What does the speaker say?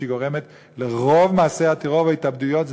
שגורמת לרוב מעשי הטרור וההתאבדויות.